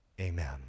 Amen